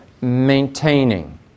maintaining